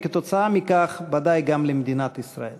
וכתוצאה מכך ודאי גם למדינת ישראל.